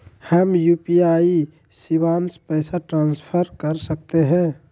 हम यू.पी.आई शिवांश पैसा ट्रांसफर कर सकते हैं?